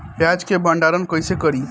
प्याज के भंडारन कईसे करी?